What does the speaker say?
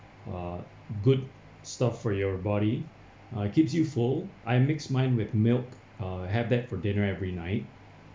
uh good stuff for your body uh keeps you full I mix mine with milk uh have that for dinner every night